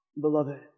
beloved